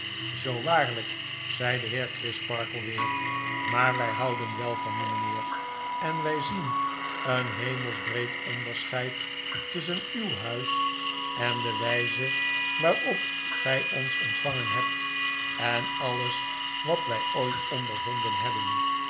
zpo waarlijk p zei de heer crisparkle weer maar wij houden wel van u mijnheer en wij zien een hemelsbreed onderscheid tusschen uw huis en de wijze waarop gij ons ontvangen hebt en alles wat wij ooit ondervonden hebben